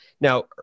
Now